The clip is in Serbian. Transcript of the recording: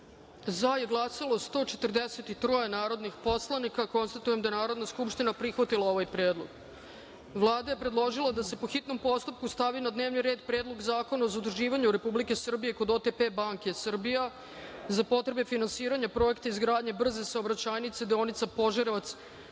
glasanje: za – 143 narodna poslanika. Konstatujem da je Narodna skupština prihvatila ovaj predlog. Vlada je predložila da se, po hitnom postupku, stavi na dnevni red Predlog zakona o zaduživanju Republike Srbije kod OTP banke Srbija za potrebe finansiranja projekta izgradnje brze saobraćajnice, deonica Požarevac-Golubac,